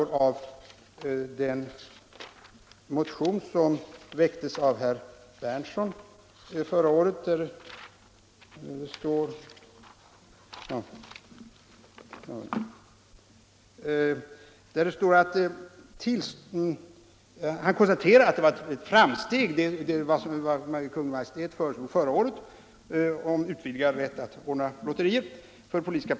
I den motion som väcktes av herr Berndtson m.fl. förra året konstaterades att propositionens förslag om utvidgad rätt för politiska partier att anordna lotterier var ett framsteg.